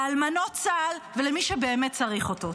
לאלמנות בצה"ל ולמי שבאמת צריך אותם.